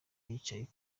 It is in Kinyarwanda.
yicaye